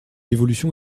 évolution